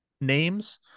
names